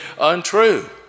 untrue